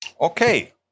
Okay